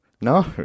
No